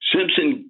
Simpson